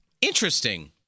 Interesting